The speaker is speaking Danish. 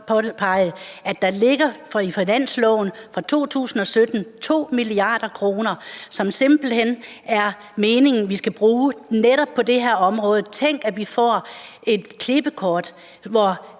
at der i finansloven for 2017 ligger 2 mia. kr., som det simpelt hen er meningen at vi skal bruge netop på det her område. Tænk, at vi får et klippekort, hvor